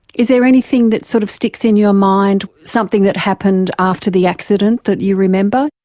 is there anything that sort of sticks in your mind, something that happened after the accident that you remember?